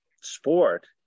sport